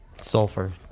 Sulfur